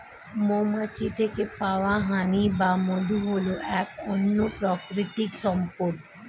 মৌমাছির থেকে পাওয়া হানি বা মধু হল এক অনন্য প্রাকৃতিক সম্পদ